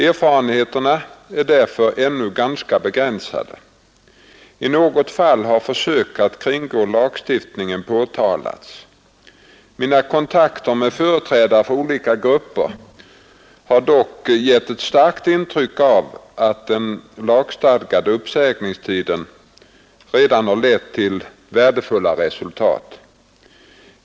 Erfarenheterna är därför ännu ganska begränsade. I något fall har försök att kringgå lagstiftningen påtalats. Mina kontakter med företrädare för olika grupper har dock gett ett starkt intryck av att den lagstadgade uppsägningstiden redan har lett till värdefulla resultat.